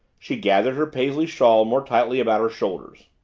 she gathered her paisley shawl more tightly about her shoulders.